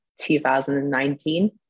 2019